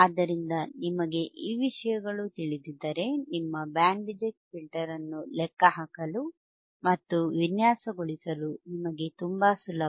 ಆದ್ದರಿಂದ ನಿಮಗೆ ಈ ವಿಷಯಗಳು ತಿಳಿದಿದ್ದರೆ ನಿಮ್ಮ ಬ್ಯಾಂಡ್ ರಿಜೆಕ್ಟ್ ಫಿಲ್ಟರ್ ಅನ್ನು ಲೆಕ್ಕಹಾಕಲು ಮತ್ತು ವಿನ್ಯಾಸಗೊಳಿಸಲು ನಿಮಗೆ ತುಂಬಾ ಸುಲಭ